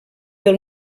del